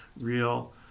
real